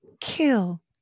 Kill